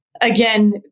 again